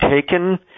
taken